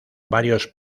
varios